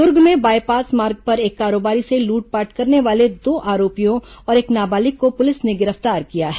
दुर्ग में बायपास मार्ग पर एक कारोबारी से लूटपाट करने वाले दो आरोपियों और एक नाबालिग को पुलिस ने गिरफ्तार किया है